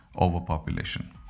overpopulation